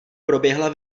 proběhla